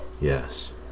Yes